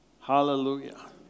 hallelujah